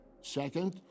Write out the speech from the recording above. Second